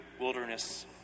wilderness